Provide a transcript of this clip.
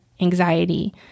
anxiety